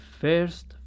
first